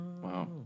Wow